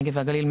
הנגב והגליל,